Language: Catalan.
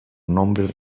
nombres